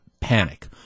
panic